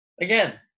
Again